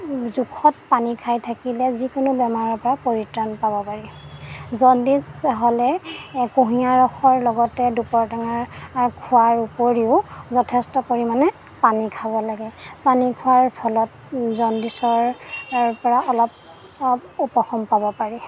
জোখত পানী খাই থাকিলে যিকোনো বেমাৰৰপৰা পৰিত্ৰাণ পাব পাৰি জণ্ডিচ হ'লে কুঁহিয়াৰ ৰসৰ লগতে দুপৰটেঙাৰ খোৱাৰ উপৰিও যথেষ্ট পৰিমাণে পানী খাব লাগে পানী খোৱাৰ ফলত জণ্ডিচৰ পৰা অলপ অলপ উপশম পাব পাৰে